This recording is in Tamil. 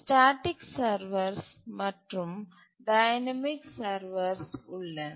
ஸ்டேட்டிக் சர்வர்ஸ் மற்றும் டைனமிக் சர்வர் சர்வர்ஸ் உள்ளன